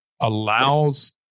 allows